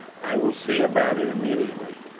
i will see about it immediately.